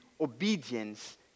obedience